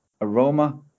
aroma